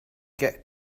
get